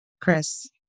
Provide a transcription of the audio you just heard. Chris